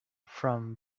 from